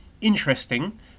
interesting